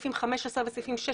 סעיפים 15 ו-16,